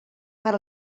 per